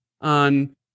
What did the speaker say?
on